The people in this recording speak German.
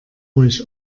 ruhig